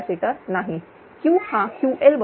Q हा Ql बरोबर आहे